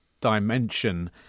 dimension